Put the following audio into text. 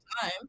time